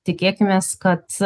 tikėkimės kad